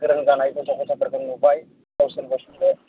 गोरों जानाय गथ' गथाइफोरखौ नुबाय गावसोरबो सोलोंबाय